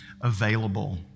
available